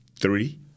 Three